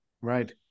Right